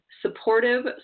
supportive